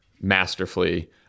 masterfully